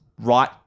right